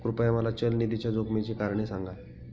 कृपया मला चल निधीच्या जोखमीची कारणे सांगा